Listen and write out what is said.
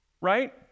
right